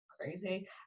crazy